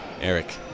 Eric